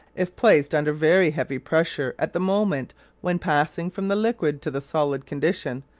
if placed under very heavy pressure at the moment when passing from the liquid to the solid condition,